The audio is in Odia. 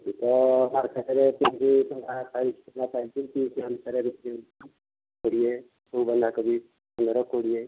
ଏଇ ତ ମାର୍କେଟରେ ସେମିତି ତ ଯାହା ସାଇଜ୍ ସବୁ ସେ ସେଇ ଅନୁସାରେ ବିକ୍ରି ହେଉଛି କୋଡ଼ିଏ କେଉଁ ବନ୍ଧାକୋବି ପନ୍ଦର କୋଡ଼ିଏ